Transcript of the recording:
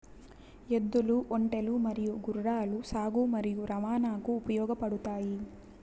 ఎద్దులు, ఒంటెలు మరియు గుర్రాలు సాగు మరియు రవాణాకు ఉపయోగపడుతాయి